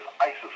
Isis